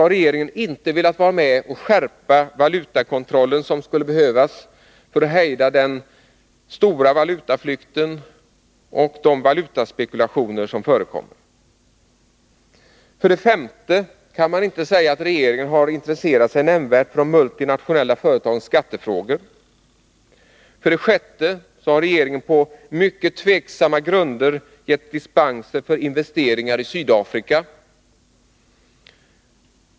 Regeringen har inte velat skärpa valutakontrollen, vilket skulle behövas för att hejda den stora valutaflykt och de valutaspekulationer som förekommer. 5. Regeringen har inte intresserat sig nämnvärt för de multinationella företagens skattefrågor. 6. Regeringen har på mycket tveksamma grunder givit dispenser för investeringar i Sydafrika.